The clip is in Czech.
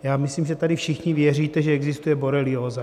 Já myslím, že tady všichni věříte, že existuje borelióza.